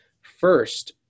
First